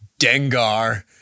Dengar